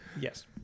Yes